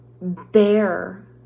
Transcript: bear